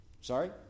Sorry